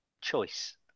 choice